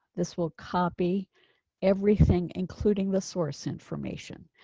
this will copy everything, including the source information.